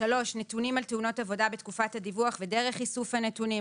נתונים על תאונות העבודה בתקופת הדיווח ודרך איסוף הנתונים,